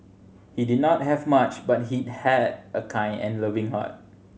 he did not have much but he had a kind and loving heart